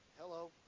Hello